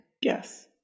Yes